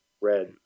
Red